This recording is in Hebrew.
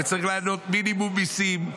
וצריך להעלות מינימום מיסים,